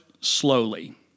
slowly